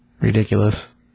Ridiculous